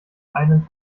einen